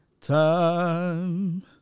time